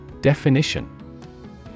Definition